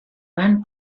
van